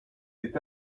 est